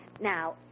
Now